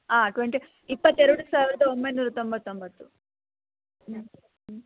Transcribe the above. ಹಾಂ ಟ್ವೆಂಟಿ ಇಪ್ಪತ್ತೆರಡು ಸಾವಿರದ ಒಂಬೈನೂರ ತೊಂಬತ್ತೊಂಬತ್ತು ಹ್ಞೂ ಹ್ಞೂ